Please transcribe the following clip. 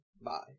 bye